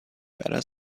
better